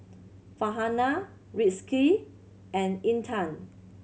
Farhanah Rizqi and Intan